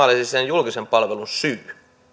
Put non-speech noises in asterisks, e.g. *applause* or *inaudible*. *unintelligible* olisi sen julkisen palvelun syy